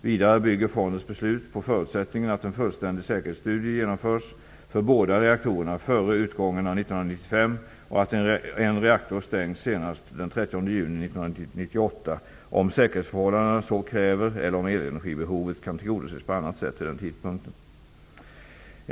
Vidare bygger fondens beslut på förutsättningen att en fullständig säkerhetsstudie genomförs för båda reaktorerna före utgången av 1995 och att en reaktor stängs senast den 30 juni 1998 om säkerhetsförhållandena så kräver eller om elenergibehovet kan tillgodoses på annat sätt vid den tidpunkten.